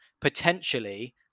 potentially